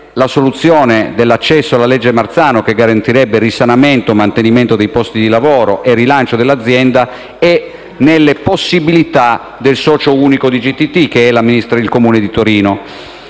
la soluzione dell'accesso alla legge Marzano, che garantirebbe il risanamento, il mantenimento dei posti di lavoro e il rilancio dell'azienda è nelle possibilità del socio unico di GTT, che è il Comune di Torino.